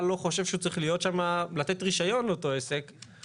לא חושב שהוא צריך להיות שם לתת רישיון לאותו עסק,